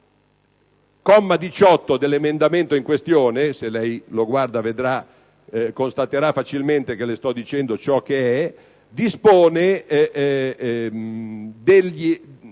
Il comma 18 dell'emendamento in questione (se lei lo guarda constaterà facilmente che le sto dicendo ciò che è) dispone degli